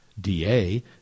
dA